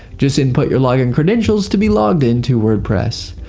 just input your login credentials to be logged into wordpress.